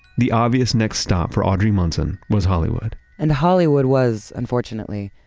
the obvious next stop for audrey munson was hollywood and hollywood was unfortunately,